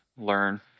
learn